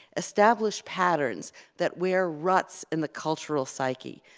establish patterns that wear ruts in the cultural psyche,